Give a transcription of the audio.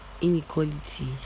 inequality